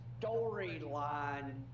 storyline